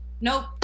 nope